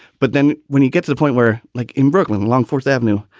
but then when you get to the point where like in brooklyn along fourth avenue,